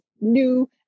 new